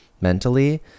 mentally